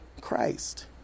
Christ